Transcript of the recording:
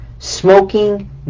Smoking